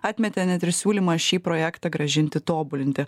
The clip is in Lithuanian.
atmetė net ir siūlymą šį projektą grąžinti tobulinti